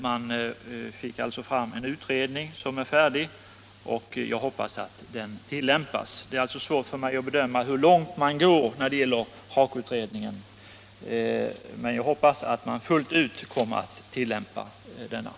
Man fick därigenom fram en utredning, som nu är färdig, och jag hoppas att den genomförs.